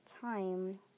time